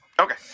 Okay